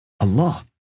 Allah